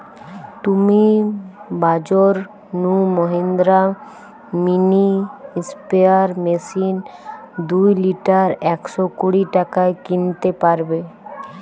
তুমি বাজর নু মহিন্দ্রা মিনি স্প্রেয়ার মেশিন দুই লিটার একশ কুড়ি টাকায় কিনতে পারবে